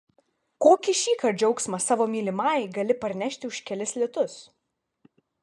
kokį šįkart džiaugsmą savo mylimajai gali parnešti už kelis litus